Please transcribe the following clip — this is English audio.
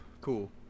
Cool